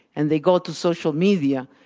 and they go to social media,